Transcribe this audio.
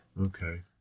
Okay